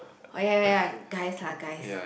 oh ya ya ya guys lah guys